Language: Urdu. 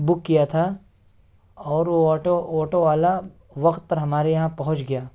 بک کیا تھا اور وہ آٹو آٹو والا وقت پر ہمارے یہاں پہنچ گیا